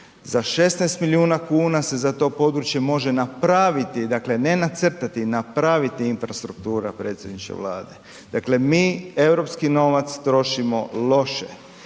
za 16 milijuna kuna se za to područje može napraviti, dakle ne nacrtati, napraviti infrastruktura predsjedniče Vlade, dakle mi europski novac trošimo loše